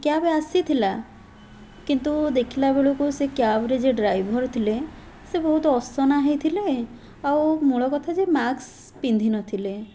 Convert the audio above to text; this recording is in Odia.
କ୍ୟାବ୍ ଆସିଥିଲା କିନ୍ତୁ ଦେଖିଲାବେଳକୁ ସେ କ୍ୟାବ୍ରେ ଯେ ଡ୍ରାଇଭର୍ ଥିଲେ ସେ ବହୁତ ଅସନା ହେଇଥିଲେ ଆଉ ମୂଳ କଥା ଯେ ମାସ୍କ ପିନ୍ଧିନଥିଲେ